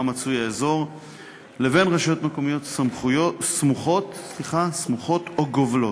מצוי האזור לבין רשויות מקומיות סמוכות או גובלות.